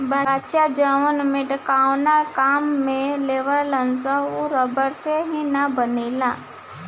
बच्चा जवन मेटकावना काम में लेवेलसन उ रबड़ से ही न बनेला